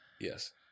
yes